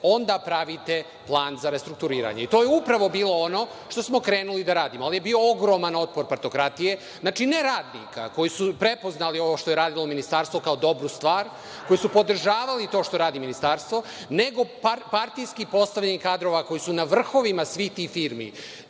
onda pravite plan za restrukturiranje. To je upravo bilo ono što smo krenuli da radimo, ali je bio ogroman otpor partokratije. Znači, ne radnika koji su prepoznali ovo što je radilo ministarstvo kao dobru stvar, koji su podržavali to što radi ministarstvo, nego partijski postavljeni kadrovi koji su na vrhovima svih tih firmi